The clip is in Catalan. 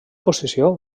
posició